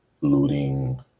looting